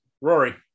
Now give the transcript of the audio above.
Rory